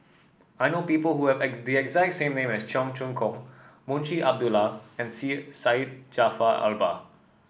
I know people who have the exact name as Cheong Choong Kong Munshi Abdullah and Syed Jaafar Albar